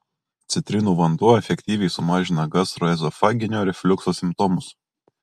citrinų vanduo efektyviai sumažina gastroezofaginio refliukso simptomus